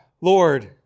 Lord